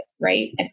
right